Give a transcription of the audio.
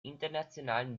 internationalen